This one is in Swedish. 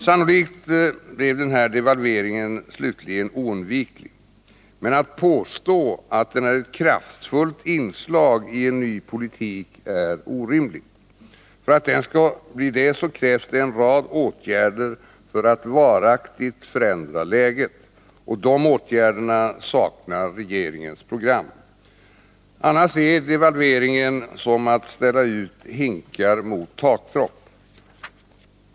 Sannolikt blev devalveringen slutligen oundviklig, men att påstå att den är ett kraftfullt inslag i en ny politik är orimligt. För att den skall bli det krävs en rad åtgärder för att varaktigt förändra läget — och de åtgärderna saknar regeringens program. Annars är devalveringen som att ställa ut hinkar mot takdropp.